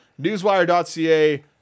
newswire.ca